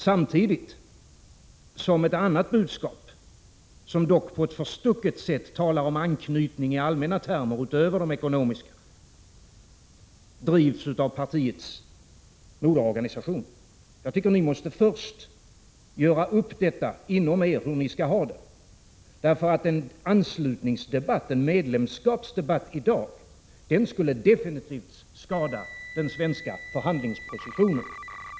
Samtidigt driver partiets moderorganisation ett annat budskap, som dock på ett förstucket sätt talar om en anknytning i allmänna termer, utöver de ekonomiska. Jag tycker att ni moderater först måste göra upp inom partiet om hur ni vill ha det. En anslutningsdebatt, en medlemskapsdebatt, i dag skulle nämligen definitivt skada den svenska förhandlingspositionen.